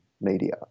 media